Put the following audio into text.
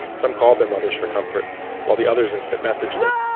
some called their mothers for comfort while the others instant messaged them.